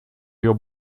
your